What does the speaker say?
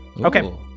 Okay